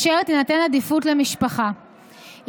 ותינתן עדיפות למשפחה.